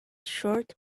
shirt